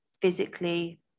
physically